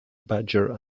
badger